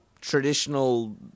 traditional